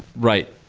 right.